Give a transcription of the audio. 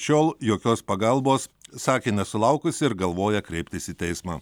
šiol jokios pagalbos sakė nesulaukusi ir galvoja kreiptis į teismą